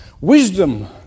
Wisdom